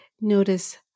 Notice